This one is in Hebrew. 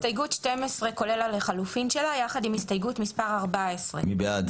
הסתייגות מספר 12 כולל ה-לחלופין שלה יחד עם הסתייגות מספר 14. מי בעד